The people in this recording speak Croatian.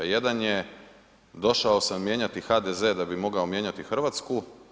Jedan je došao sam mijenjati HDZ da bi mogao mijenjati Hrvatsku.